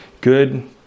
good